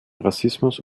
rassismus